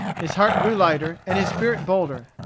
his heart grew lighter and his spirit bolder.